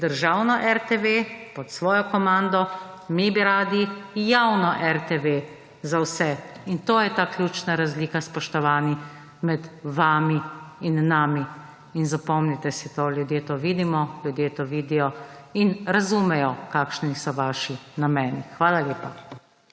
državno RTV pod svojo komando, mi bi radi javno RTV za vse. In to je ta ključna razlika, spoštovani, med vami in nami. In zapomnite si to, ljudje to vidimo, ljudje to vidijo in razumejo kakšni so vaši nameni. Hvala lepa.